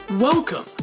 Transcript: Welcome